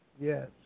Yes